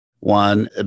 one